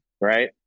Right